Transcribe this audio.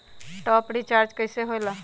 Top up recharge कइसे होएला?